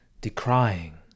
decrying